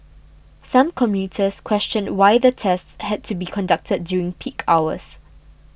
some commuters questioned why the tests had to be conducted during peak hours